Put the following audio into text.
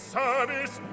service